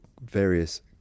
various